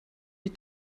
die